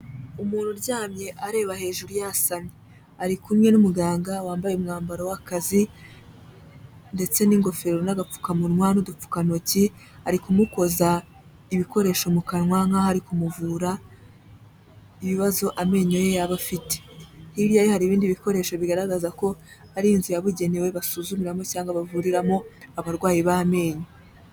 Umuntu uryamye areba hejuru yasamye, ari kumwe n'umuganga wambaye umwambaro w'akazi ndetse n'ingofero n'agapfukamunwa n'udupfukantoki, ari kumukoza ibikoresho mu kanwa nkaho ari kumuvura ibibazo amenyo ye yaba afite. Hirya ye hari ibindi bikoresho bigaragaza ko ari inzu yabugenewe basuzumimo cyangwa bavuriramo abarwayi b'amenyo.